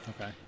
Okay